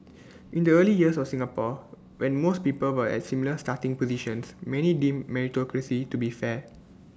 in the early years of Singapore when most people were at similar starting positions many deemed meritocracy to be fair